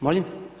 Molim?